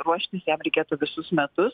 ruoštis jam reikėtų visus metus